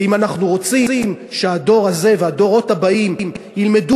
ואם אנחנו רוצים שהדור הזה והדורות הבאים ילמדו